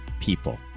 people